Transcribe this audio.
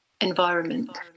environment